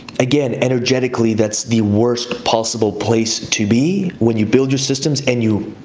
again, energetically, that's the worst possible place to be when you build your systems and you